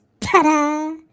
Ta-da